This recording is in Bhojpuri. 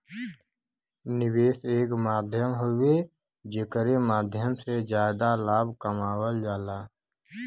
निवेश एक माध्यम हउवे जेकरे माध्यम से जादा लाभ कमावल जाला